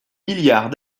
milliards